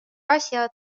asjad